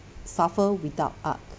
suffer without art